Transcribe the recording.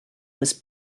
was